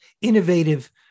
innovative